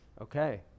okay